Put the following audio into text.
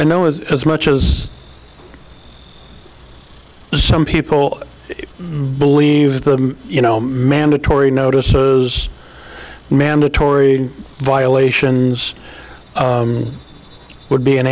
i know as much as some people believe that you know mandatory notices mandatory violations would be an